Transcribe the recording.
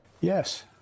yes